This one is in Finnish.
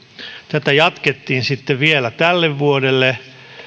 tätä jatkettiin vielä tälle vuodelle